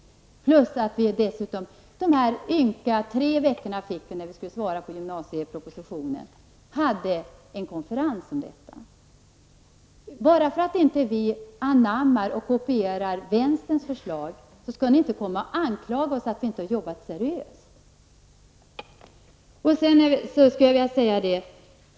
Dessutom hade vi ynka tre veckor på oss att ta ställning till gymnasiepropositionen, och vi har haft en konferens om detta. Ni skall inte komma och anklaga oss för att inte arbeta seriöst bara för att vi inte anammar och kopierar vänsterns förslag.